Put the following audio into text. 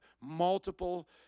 multiple